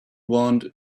want